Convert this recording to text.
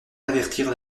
avertir